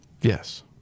Yes